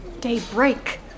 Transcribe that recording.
Daybreak